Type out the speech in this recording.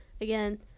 Again